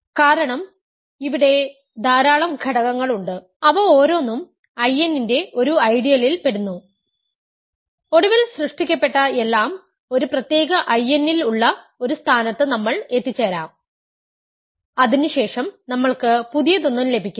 കാരണം ഇവിടെ ധാരാളം ഘടകങ്ങൾ ഉണ്ട് അവ ഓരോന്നും I n ന്റെ ഒരു ഐഡിയലിൽ പെടുന്നു ഒടുവിൽ സൃഷ്ടിക്കപ്പെട്ട എല്ലാo ഒരു പ്രത്യേക I n ൽ ഉള്ള ഒരു സ്ഥാനത്ത് നമ്മൾ എത്തിച്ചേരാം അതിനുശേഷം നമ്മൾക്ക് പുതിയതൊന്നും ലഭിക്കില്ല